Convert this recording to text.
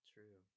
True